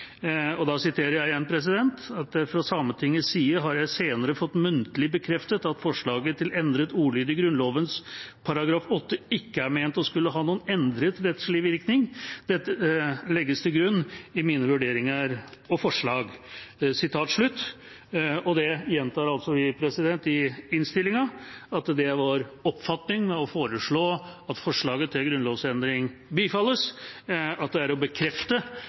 og jeg siterer igjen: «Fra Sametingets side har jeg senere fått muntlig bekreftet at forslaget til endret ordlyd av Grunnlovens 108 ikke er ment å skulle ha noen endret rettslig virkning. Dette legges til grunn i mine vurderinger og forslag.» Det gjentar vi i innstillinga er vår oppfatning, og vi foreslår at forslaget til grunnlovsendring bifalles – at det er å bekrefte,